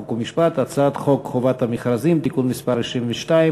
חוק ומשפט את הצעת חוק חובת המכרזים (תיקון מס' 22,